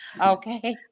okay